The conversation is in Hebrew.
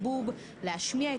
שחוץ